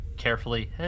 carefully